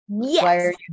Yes